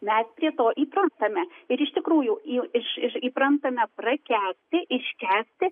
mes prie to įprantame ir iš tikrųjų jau iš iš įprantame prakęsti iškęsti